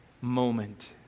moment